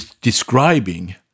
describing